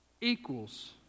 equals